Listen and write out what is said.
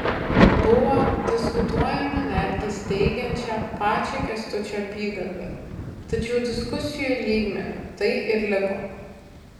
buvo diskutuojama netgi steigiant pačią kęstučio apygardą tačiau diskusijų lygmeniu tai ir liko